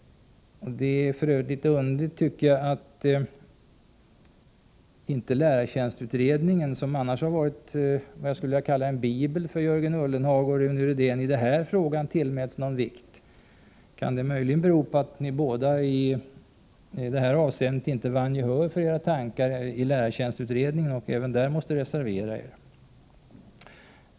Det är också litet egendomligt att inte lärartjänstutredningen, som annars varit vad jag skulle vilja kalla en bibel för Jörgen Ullenhag och Rune Rydén, i den här frågan tillmäts någon vikt. Kan det bero på att ni båda i detta avseende inte vann gehör för era tankar i utredningen och även där måste reservera er?